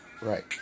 Right